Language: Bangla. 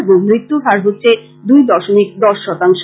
এবং মৃত্যুর হার হচ্ছে দুই দশমিক দশ শতাংশ